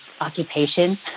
occupation